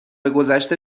گذشته